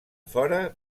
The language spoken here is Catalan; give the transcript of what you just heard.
fora